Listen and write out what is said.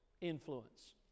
influence